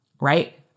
right